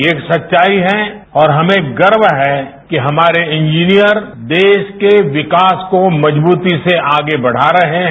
ये एक सच्चाई है और हमें गर्व है कि हमारे इंजीनियर देश के विकास को मजबूती से आगे बढ़ा रहे हैं